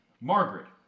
Margaret